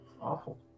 awful